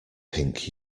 pink